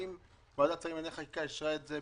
חברי הכנסת ביקשו למשוך אותו והם לא נמצאים פה.